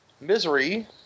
Misery